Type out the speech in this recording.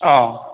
অ